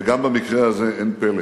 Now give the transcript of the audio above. וגם במקרה הזה אין פלא,